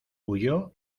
huyó